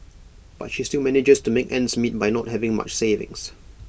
but she still manages to make ends meet by not having much savings